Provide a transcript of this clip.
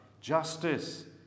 Justice